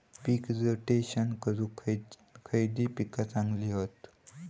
पीक rotation करूक खयली पीका चांगली हत?